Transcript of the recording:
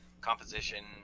composition